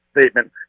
statement